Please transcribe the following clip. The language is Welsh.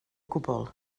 gwbl